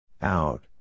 Out